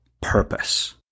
PURPOSE